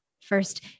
first